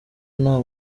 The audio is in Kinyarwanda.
nta